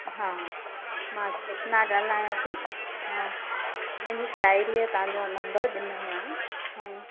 हा मां कृष्णा ॻाल्हायां थी हा मुंहिंजी साहिड़ीअ तव्हांजो नंबर ॾिनो आहे हं